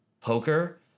poker